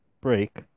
break